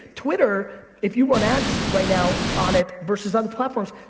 twitter, if you want ads right now on it, versus other platforms,